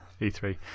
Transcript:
E3